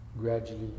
gradually